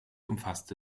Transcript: umfasste